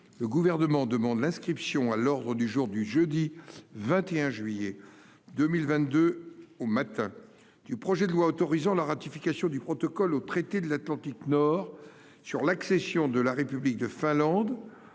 le Gouvernement demande l'inscription à l'ordre du jour du jeudi 21 juillet 2022, au matin, du projet de loi autorisant la ratification du protocole au traité de l'Atlantique Nord sur l'accession de la République de Finlande